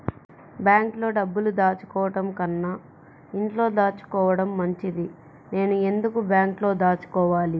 బ్యాంక్లో డబ్బులు దాచుకోవటంకన్నా ఇంట్లో దాచుకోవటం మంచిది నేను ఎందుకు బ్యాంక్లో దాచుకోవాలి?